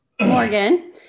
Morgan